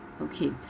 Okay